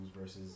versus